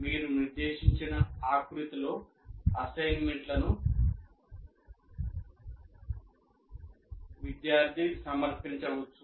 మీరు నిర్దేశించిన ఆకృతిలో అసైన్మెంట్లను విద్యార్థి సమర్పించవచ్చు